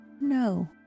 No